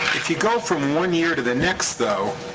if you go from one year to the next though,